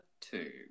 two